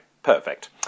Perfect